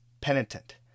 penitent